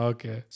Okay